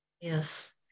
Yes